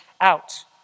out